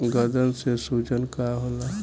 गदन के सूजन का होला?